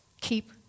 keep